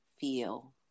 feel